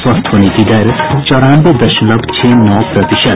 स्वस्थ होने की दर चौरानवे दशमलव छह नौ प्रतिशत